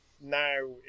now